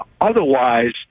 Otherwise